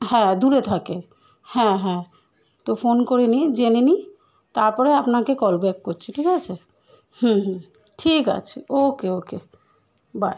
হ্যাঁ দূরে থাকে হ্যাঁ হ্যাঁ তো ফোন করে নিই জেনে নিই তারপরে আপনাকে কল ব্যাক করছি ঠিক আছে হুম হুম ঠিক আছে ওকে ওকে বাই